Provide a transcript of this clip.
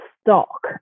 stock